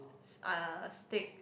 uh steak